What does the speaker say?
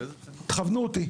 כוונו אותי.